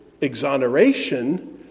exoneration